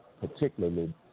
particularly